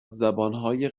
زبانهای